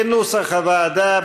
כנוסח הוועדה,